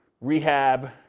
rehab